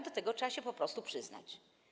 Do tego trzeba się po prostu przyznać.